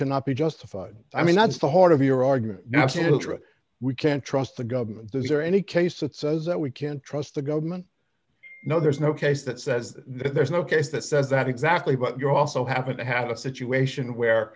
cannot be justified i mean that's the heart of your argument now senator we can't trust the government is there any case that says that we can't trust the government no there's no case that says there's no case that says that exactly but you're also happen to have a situation where